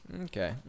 Okay